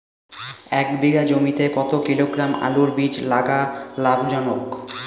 এক বিঘা জমিতে কতো কিলোগ্রাম আলুর বীজ লাগা লাভজনক?